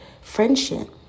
friendship